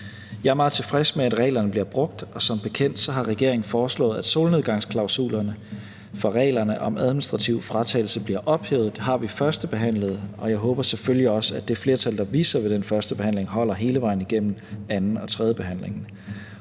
Jeg er meget tilfreds med, at reglerne bliver brugt, og som bekendt har regeringen foreslået, at solnedgangsklausulerne for reglerne om administrativ fratagelse bliver ophævet. Det har vi førstebehandlet, og jeg håber selvfølgelig også, at det flertal, der viste sig ved den førstebehandling, holder hele vejen igennem anden- og tredjebehandlingerne.